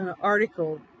article